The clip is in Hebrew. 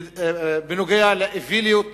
בנוגע לאוויליות